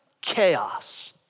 chaos